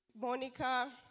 Monica